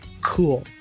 Cool